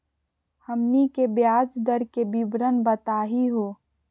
हमनी के ब्याज दर के विवरण बताही हो?